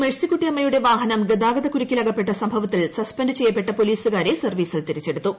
മേഴ്സിക്കുട്ടിയമ്മയുടെ വാഹനം ഗതാഗതക്കുരുക്കിൽ അകപ്പെട്ട സംഭവത്തിൽ സസ്പെൻഡ് ചെയ്യപ്പെട്ട പോലീസുകാരെ സർവീസിൽ തിരിച്ചെടുത്തു